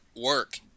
work